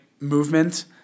movement